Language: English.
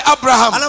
Abraham